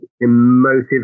emotive